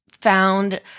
found